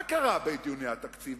מה קרה בדיוני התקציב,